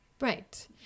Right